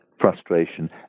frustration